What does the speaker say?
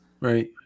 Right